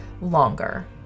longer